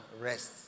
rest